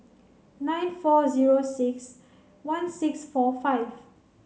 nine four zero six one six four five